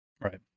Right